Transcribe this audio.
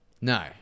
No